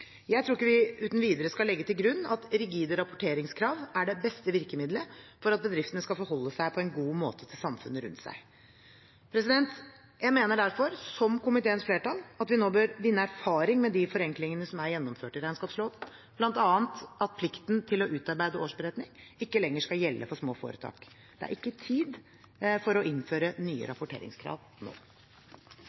Jeg tror ikke vi uten videre skal legge til grunn at rigide rapporteringskrav er det beste virkemidlet for at bedriftene på en god måte skal forholde seg til samfunnet rundt. Jeg mener derfor, som komiteens flertall, at vi nå bør vinne erfaring med de forenklingene som er gjennomført i regnskapsloven, bl.a. at plikten til å utarbeide årsberetning ikke lenger skal gjelde for små foretak. Det er ikke tid for å innføre nye rapporteringskrav nå.